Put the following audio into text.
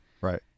Right